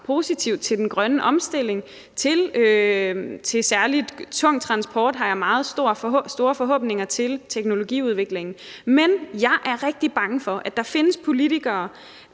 positivt til den grønne omstilling. I forhold til særlig tung transport har jeg meget store forhåbninger til teknologiudvikling, men jeg er rigtig bange for, at der findes politikere,